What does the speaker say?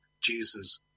Jesus